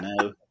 No